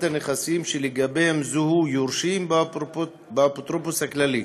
הנכסים שלגביהם זוהו יורשים באפוטרופוס הכללי.